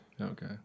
Okay